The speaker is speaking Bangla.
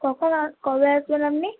কখন আর কবে আসবেন আপনি